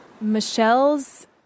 Michelle's